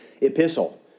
epistle